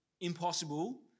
impossible